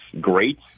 great